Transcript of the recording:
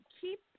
keep